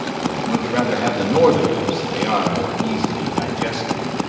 i would much rather have the northerners they are more easily digested.